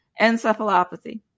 encephalopathy